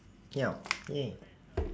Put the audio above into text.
yup !yay!